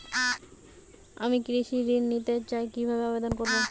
আমি কৃষি ঋণ নিতে চাই কি ভাবে আবেদন করব?